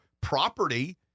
property